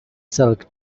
silk